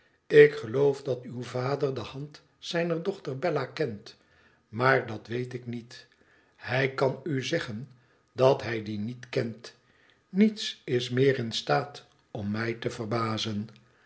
ik geloof dat uw vader de hand zijner dochter bella kent maar dat weet ik niet hij kan u zeggen dat hij die niet kent niets is meer in staat om mij te verbazen